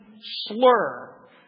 slur